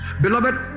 beloved